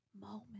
moment